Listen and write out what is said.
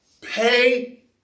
pay